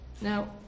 Now